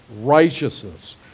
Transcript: righteousness